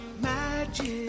magic